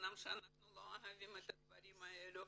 אמנם אנחנו לא אוהבים את הדברים האלה,